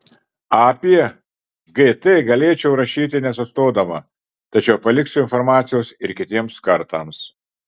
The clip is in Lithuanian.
apie gt galėčiau rašyti nesustodama tačiau paliksiu informacijos ir kitiems kartams